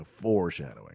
foreshadowing